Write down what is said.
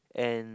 and